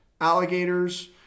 alligators